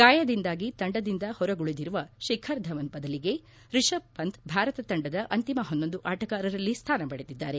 ಗಾಯದಿಂದಾಗಿ ತಂಡದಿಂದ ಹೊರಗುಳಿದಿರುವ ಶಿಖರ್ ಧವನ್ ಬದಲಿಗೆ ರಿಷಬ್ ಪಂತ್ ಭಾರತ ತಂಡದ ಅಂತಿಮ ಪನ್ನೊಂದು ಆಟಗಾರರಲ್ಲಿ ಸ್ಥಾನ ಪಡೆದಿದ್ದಾರೆ